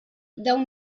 dawn